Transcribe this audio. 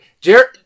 Jared